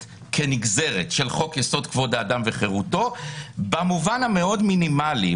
כנגזרת של חוק יסוד: כבוד האדם וחירותו במובן המאוד מינימלי.